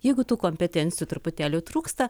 jeigu tų kompetencijų truputėlį trūksta